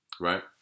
right